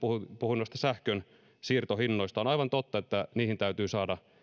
puhui sähkönsiirtohinnoista on aivan totta että niihin täytyy saada